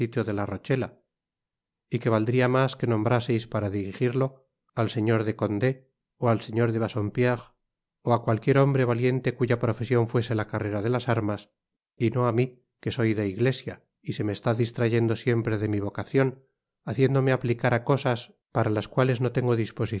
de la rochela y que valdria mas que nombraseis para dirigirlo al señor de condé ó al señor de bassompierre ó á cualquier hombre valiente cuya profesion fuese la carrera de las armas y no á mi que soy de iglesia y se me está distrayendo siempre de mi vocacion haciéndome aplicar á cosas para las cuales no tengo